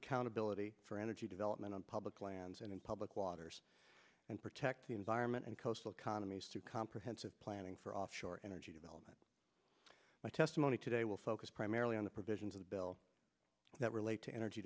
accountability for energy development on public lands and in public water and protect the environment and coastal connally's to comprehensive planning for offshore energy development my testimony today will focus primarily on the provisions of the bill that relate to energy